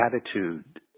attitude